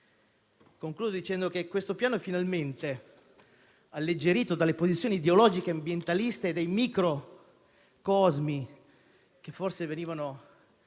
Concludo dicendo che questo Piano, finalmente alleggerito dalle posizioni ideologiche, ambientaliste e dei microcosmi che forse venivano